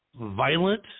violent